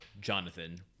Jonathan